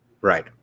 Right